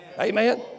Amen